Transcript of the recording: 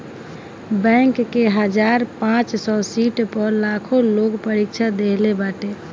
bank के हजार पांच सौ सीट पअ लाखो लोग परीक्षा देहले बाटे